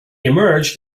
emerged